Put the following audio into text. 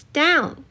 down